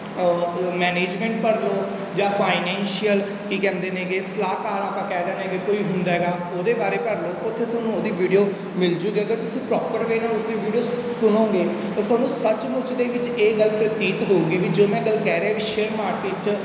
management ਭਰ ਲਓ ਜਾਂ ਫਾਈਨੈਂਸ਼ੀਅਲ ਕੀ ਕਹਿੰਦੇ ਨੇਗੇ ਸਲਾਹਕਾਰ ਆਪਾਂ ਕਹਿ ਦਿੰਦੇ ਨੇਗੇ ਕੋਈ ਹੁੰਦਾ ਹੈਗਾ ਉਹਦੇ ਬਾਰੇ ਭਰ ਲਓ ਉੱਥੇ ਤੁਹਾਨੂੰ ਉਹਦੀ ਵੀਡੀਓ ਮਿਲਜੂਗੀ ਅਗਰ ਤੁਸੀਂ ਪ੍ਰੋਪਰ ਵੇਅ ਨਾਲ ਉਸਦੀ ਵੀਡੀਓ ਸੁਣੋਗੇ ਤਾਂ ਤੁਹਾਨੂੰ ਸੱਚਮੁੱਚ ਦੇ ਵਿੱਚ ਇਹ ਗੱਲ ਪ੍ਰਤੀਤ ਹੋਊਗੀ ਵੀ ਜੋ ਮੈਂ ਗੱਲ ਕਹਿ ਰਿਹਾ ਵੀ ਸ਼ੇਅਰ ਮਾਰਕੀਟ 'ਚ